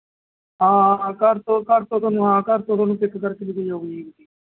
ਹਾਂ ਹਾਂ ਹਾਂ ਘਰ ਤੋਂ ਘਰ ਤੋਂ ਤੁਹਾਨੂੰ ਹਾਂ ਘਰ ਤੋਂ ਤੁਹਾਨੂੰ ਪਿੱਕ ਕਰਕੇ ਲੈ ਕੇ ਜਾਉਗੀ ਜੀ ਗੱਡੀ